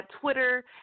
Twitter